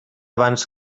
abans